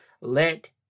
let